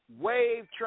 wave